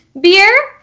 beer